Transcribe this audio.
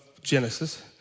Genesis